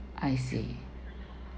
I see